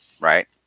right